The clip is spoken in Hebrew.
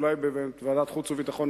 אולי בוועדת החוץ והביטחון,